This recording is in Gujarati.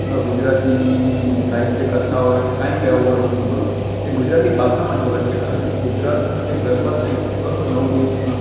ગુજરાતીની સાહિત્ય કથા હોય કે કાંઇક એવું હોય વસ્તુ બરાબર તો એ ગુજરાતી ભાષામાં જ બોલાય છે કારણ કે ગુજરાતના જે ગરબા છે ને બરાબર નવ દિવસના